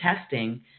testing